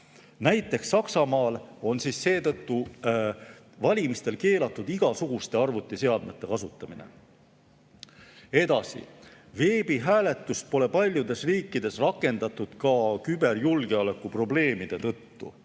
Näiteks Saksamaal on seetõttu valimistel keelatud igasuguste arvutiseadmete kasutamine. Edasi. Veebihääletust pole paljudes riikides rakendatud ka küberjulgeoleku probleemide tõttu.